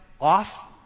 off